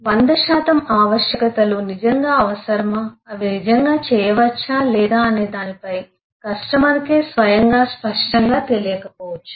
100 శాతం ఆవశ్యకతలు నిజంగా అవసరమా అవి నిజంగా చేయవచ్చా లేదా అనే దానిపై కస్టమర్కే స్వయంగా స్పష్టంగా తెలియకపోవచ్చు